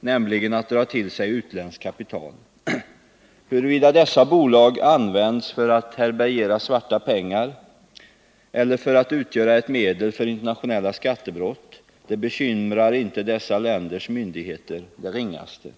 nämligen att dra till sig utländskt kapital. Huruvida dessa bolag används för att härbärgera svarta pengar eller för att utgöra ett medel för internationella skattebrott bekymrar inte dessa länders myndigheter det ringaste.